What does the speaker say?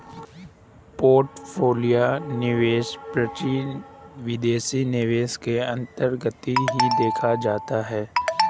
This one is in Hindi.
पोर्टफोलियो निवेश भी प्रत्यक्ष विदेशी निवेश के अन्तर्गत ही देखा जाता है